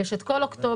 יש את כל אוקטובר.